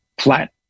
flat